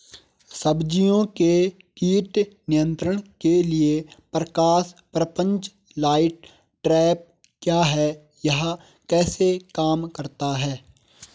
सब्जियों के कीट नियंत्रण के लिए प्रकाश प्रपंच लाइट ट्रैप क्या है यह कैसे काम करता है?